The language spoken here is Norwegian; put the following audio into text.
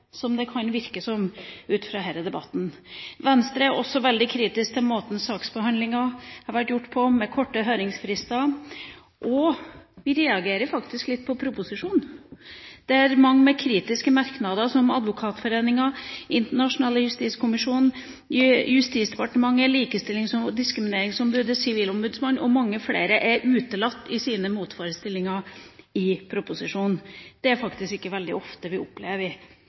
som det kan virke ut fra denne debatten. Venstre er også veldig kritisk til måten saksbehandlinga har vært gjort på, med korte høringsfrister. Vi reagerer faktisk litt på proposisjonen, der mange kritiske merknader og motforestillinger – fra Advokatforeningen, Den internasjonale juristkommisjonen, Justisdepartementet, Likestillings- og diskrimineringsombudet, Sivilombudsmannen og mange flere – er utelatt. Det er det faktisk ikke veldig ofte vi opplever